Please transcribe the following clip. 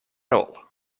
all